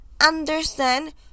understand